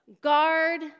guard